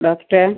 doctor